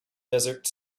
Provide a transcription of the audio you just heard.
desert